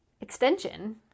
extension